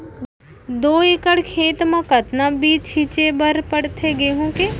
दो एकड़ खेत म कतना बीज छिंचे बर पड़थे गेहूँ के?